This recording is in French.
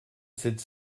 sept